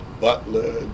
butler